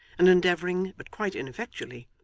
and endeavouring, but quite ineffectually,